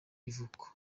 ivuko